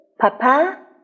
Papa